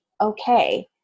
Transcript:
okay